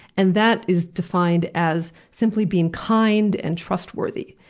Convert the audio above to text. and that is defined as simply being kind and trustworthy.